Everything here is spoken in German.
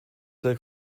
der